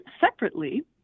separately